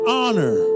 honor